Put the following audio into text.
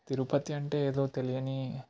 తిరుపతి అంటే ఏదో తెలియని